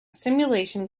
simulation